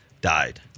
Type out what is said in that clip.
died